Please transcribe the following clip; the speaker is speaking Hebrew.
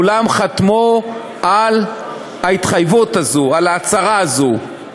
כולם חתמו על ההתחייבות הזאת,